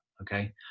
Okay